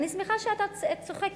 אני שמחה שאתה צוחק,